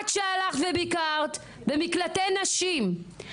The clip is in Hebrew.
את שהלכת וביקרת במקלטי נשים,